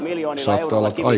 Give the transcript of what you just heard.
nyt on